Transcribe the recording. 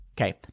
Okay